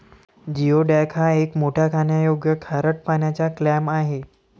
geoduck हा एक मोठा खाण्यायोग्य खारट पाण्याचा क्लॅम आहे